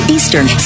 Eastern